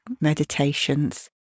meditations